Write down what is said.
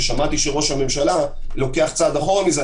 ששמעתי שראש הממשלה לוקח צעד אחורה מזה.